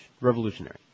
Revolutionary